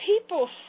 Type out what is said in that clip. people